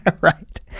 right